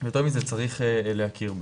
יותר מזה, צריך להכיר בה.